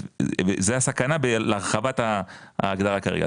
אז זה הסכנה בהרחבת ההגדרה כרגע,